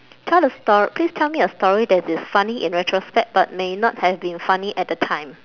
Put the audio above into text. tell a stor~ please tell me a story that is funny in retrospect but may not have been funny at the time